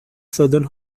southern